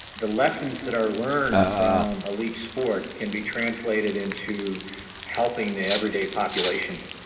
the lessons that are learned from elite sport can be translated into helping the everyday population,